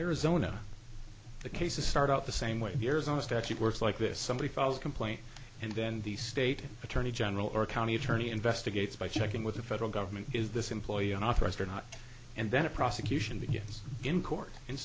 arizona the cases start out the same way there is almost actually works like this somebody files a complaint and then the state attorney general or a county attorney investigates by checking with the federal government is this employee unauthorized or not and then a prosecution begins in court